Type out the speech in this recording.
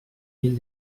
mil